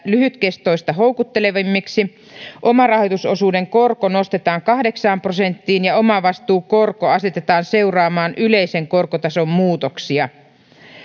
lyhytkestoista houkuttelevammiksi omarahoitusosuuden korko nostetaan kahdeksaan prosenttiin ja omavastuukorko asetetaan seuraamaan yleisen korkotason muutoksia kaksi